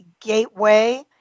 Gateway